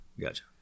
gotcha